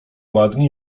ładni